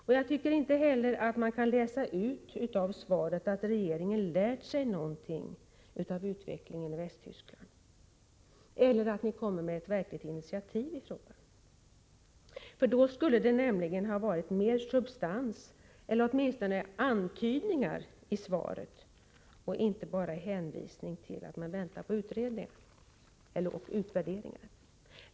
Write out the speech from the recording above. Och jag tycker inte heller att man kan läsa ut av svaret att regeringen har lärt sig något av utvecklingen i Västtyskland eller kommer med några verkliga initiativ i frågan. Då skulle det nämligen ha varit mer substans eller åtminstone antydningar i svaret — inte bara hänvisningar till att man väntar på utvärderingar.